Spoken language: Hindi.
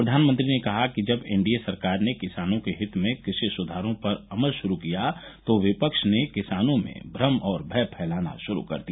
प्रधानमंत्री ने कहा कि जब एनडीए सरकार ने किसानों के हित में कृषि सुधारों पर अमल शुरू किया तो विपक्ष किसानों में भ्रम और भय फैलाना शुरू कर दिया